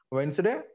Wednesday